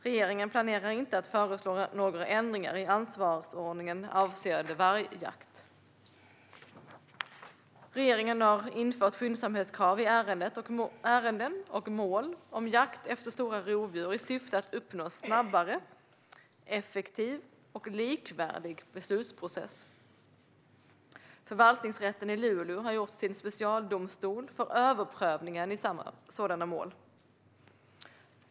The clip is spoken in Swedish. Regeringen planerar inte att föreslå några ändringar i ansvarsordningen avseende vargjakt. Regeringen har infört ett skyndsamhetskrav i ärenden och mål om jakt på stora rovdjur i syfte att uppnå en snabbare, effektiv och likvärdig beslutsprocess. Förvaltningsrätten i Luleå har gjorts till specialdomstol för överprövningen i sådana mål.